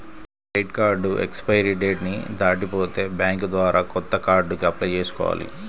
credit card expiry date ని దాటిపోతే bank ద్వారా కొత్త కార్డుకి అప్లై చేసుకోవాలి